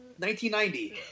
1990